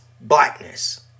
blackness